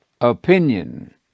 opinion